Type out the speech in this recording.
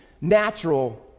natural